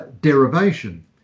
derivation